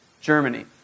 Germany